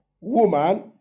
woman